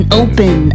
open